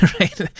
right